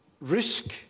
risk